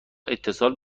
اتصال